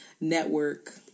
network